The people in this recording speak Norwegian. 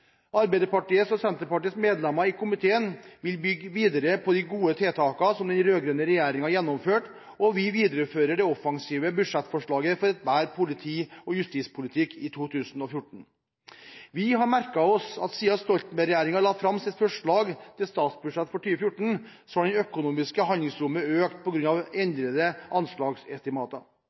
Arbeiderpartiets og Senterpartiets medlemmer i komiteen vil bygge videre på de gode tiltakene som den rød-grønne regjeringen gjennomførte, og vi viderefører det offensive budsjettforslaget for en bedre politi- og justispolitikk i 2014. Vi har merket oss at siden Stoltenberg-regjeringen la fram sitt forslag til statsbudsjett for 2014, har det økonomiske handlingsrommet økt på grunn av endrede anslagsestimater.